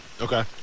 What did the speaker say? Okay